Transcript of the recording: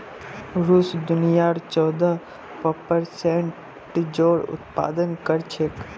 रूस दुनियार चौदह प्परसेंट जौर उत्पादन कर छेक